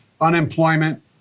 unemployment